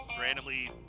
randomly